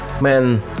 Man